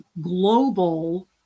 global